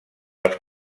els